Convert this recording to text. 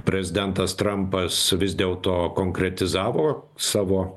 prezidentas trampas vis dėlto konkretizavo savo